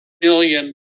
million